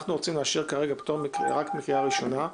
אנחנו נאשר רק פטור מקריאה ראשונה,